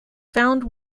found